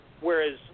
Whereas